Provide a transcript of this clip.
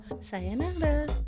Sayonara